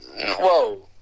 Whoa